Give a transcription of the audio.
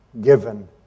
given